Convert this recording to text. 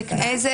איזה